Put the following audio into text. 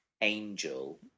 angel